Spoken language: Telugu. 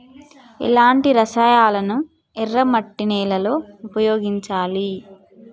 ఎలాంటి రసాయనాలను ఎర్ర మట్టి నేల లో ఉపయోగించాలి?